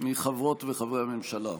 מחברות וחברי הממשלה.